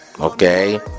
Okay